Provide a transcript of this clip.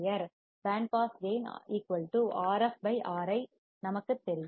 pant pass கேயின் Rf Ri நமக்குத் தெரியும்